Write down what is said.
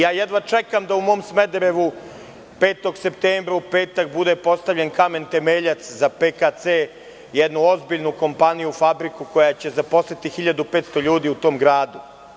Jedva čekam da u mom Smederevu 5. septembra, u petak, bude postavljen kamen temeljac za „PKC“, jednu ozbiljnu kompaniju, fabriku koja će zaposliti 1500 ljudi u tom gradu.